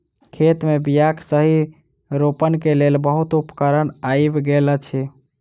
खेत मे बीयाक सही रोपण के लेल बहुत उपकरण आइब गेल अछि